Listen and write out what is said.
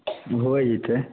होइ जेतै